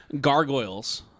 Gargoyles